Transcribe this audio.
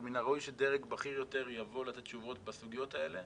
אבל מן הראוי שדרג בכיר יותר יבוא לתת תשובות בסוגיות האלה